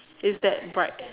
is that bright